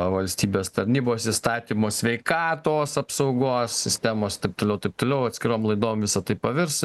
valstybės tarnybos įstatymo sveikatos apsaugos sistemos taip toliau taip toliau atskirom laidom visa tai pavirs